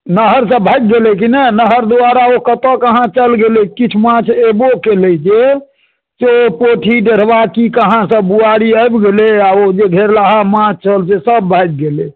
नहरसँ भागि गेलै की ने नहर द्वारा ओ कतहु कहाँ चलि गेलै किछु माछ एबो केलै जे से पोठी डेढ़बा की कहाँ सभ बुआरी आबि गेलै आ ओ जे घेरलहा माछ छल सेसभ भागि गेलै